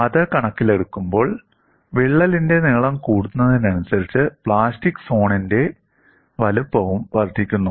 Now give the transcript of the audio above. അത് കണക്കിലെടുക്കുമ്പോൾ വിള്ളലിന്റെ നീളം കൂടുന്നതിനനുസരിച്ച് പ്ലാസ്റ്റിക് സോണിന്റെ വലുപ്പവും വർദ്ധിക്കുന്നു